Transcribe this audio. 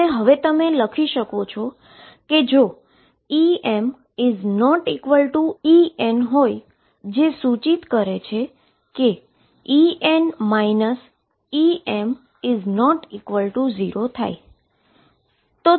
અને હવે તમે લખી શકો છો કે જો EmEn હોય જે સૂચિત કરે છે En Em≠0 થાય